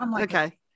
Okay